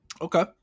Okay